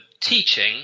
teaching